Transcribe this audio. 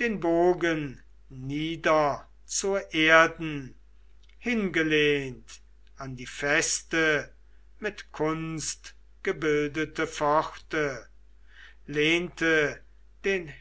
den bogen nieder zur erden hingelehnt an die feste mit kunst gebildete pforte lehnte den